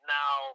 now